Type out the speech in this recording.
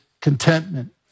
contentment